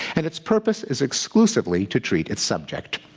and its purpose is exclusively to treat its subject.